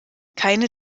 keine